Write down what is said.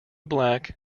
black